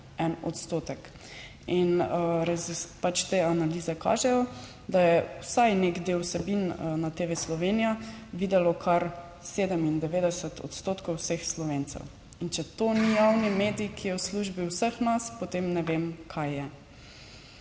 1 odstotek. In te analize kažejo, da je vsaj nek del vsebin na TV Slovenija videlo kar 97 odstotkov vseh Slovencev, in če to ni javni medij, ki je v službi vseh nas, potem ne vem kaj je.